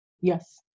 Yes